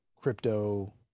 crypto